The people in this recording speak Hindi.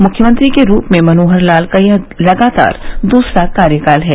मुख्यमंत्री के रूप में मनोहर लाल का यह लगातार दूसरा कार्यकाल है